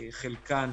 חלקן